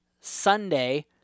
Sunday